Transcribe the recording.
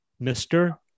mr